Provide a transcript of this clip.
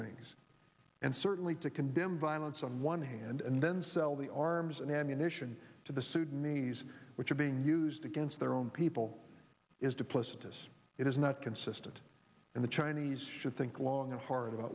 things and certainly to condemn violence on one hand and then sell the arms and ammunition to the sudanese which are being used against their own people is to places it is not consistent and the chinese should think long and hard about